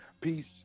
peace